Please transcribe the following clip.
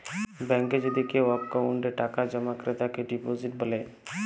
ব্যাংকে যদি কেও অক্কোউন্টে টাকা জমা ক্রেতাকে ডিপজিট ব্যলে